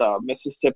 Mississippi